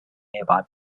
nearby